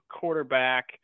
quarterback